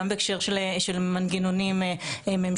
גם בהקשר של מנגנונים ממשלתיים,